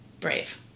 brave